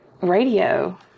radio